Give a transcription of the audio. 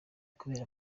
kubera